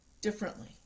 differently